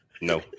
No